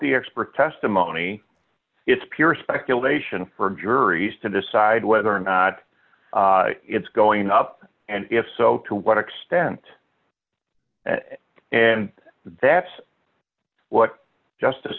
the expert testimony it's pure speculation for juries to decide whether or not it's going up and if so to what extent and that's what justice